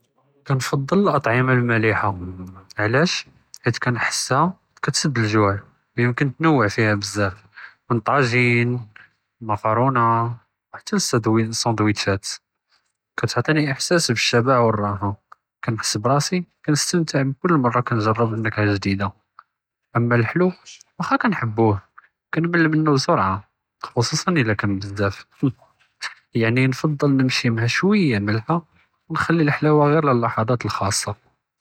כִּנְתַעַד אלאטְעִמָה אלמַלְחָה, עלאשו כִּנחַסְהָ תִסְדּ אלגּוּע, ו יֻמקִן תִתַנוּע בִּיהָ בזאף מן טַאגִין, מֻקַרּוּנָה, חתה לסנדוִישַּאת, כִּיעְטיני אחְסָאס אלשַבּ ו רַחַה, כִּנחַס בְּרַאסִי נִסתַמְתַע בְּכּל מָרה כִּנְגַ'רֵב נַכְ'ה ג'דידה, ואמא לחְלוּ וכִּי כִּנחַבּו, כִּנְמַלּ מןּו בִּסְרְעָה חֻצוסאן אִלא כָּאנ בזאף, יַעני כִּנתעד נִמְשִי מַע שוּויָה מַלְחָה ו נַחְלִי אלחֻלָאוֶה לַלְחֻדַאת אלחֻסוּסִיה.